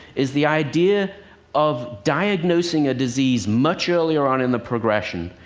is the idea of diagnosing a disease much earlier on in the progression,